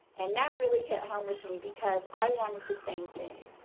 and that really hit home with me, because i wanted the same thing.